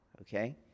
okay